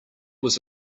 was